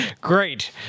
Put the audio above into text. Great